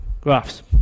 graphs